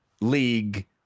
league